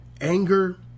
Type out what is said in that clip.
anger